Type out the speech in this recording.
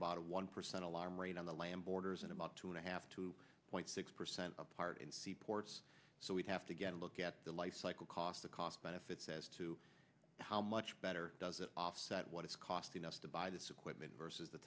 about a one percent alarm rate on the land borders and about two and a half two point six percent part in seaports so we have to get a look at the lifecycle cost the cost benefits as to how much better does it offset what it's costing us to buy this equipment versus the